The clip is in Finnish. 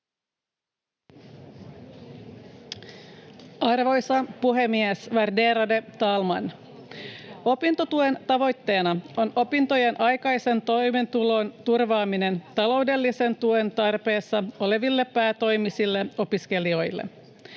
Arvoisa puhemies, värderade talman! Opintotuen tavoitteena on opintojen aikaisen toimeentulon turvaaminen taloudellisen tuen tarpeessa oleville päätoimisille opiskelijoille.